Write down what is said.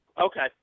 Okay